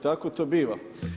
Tako to biva.